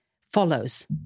follows